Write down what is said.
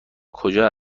کجا